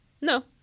no